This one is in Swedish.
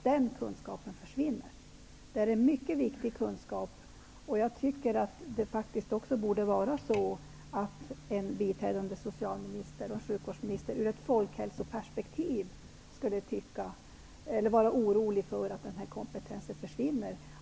Det är en mycket viktig kunskap, och jag tycker att en biträdande socialminister och sjukvårdsminister ur folkhälsoperspektiv skulle vara orolig för att den kompetensen försvinner.